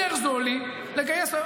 יותר זול לך לגייס מבחוץ.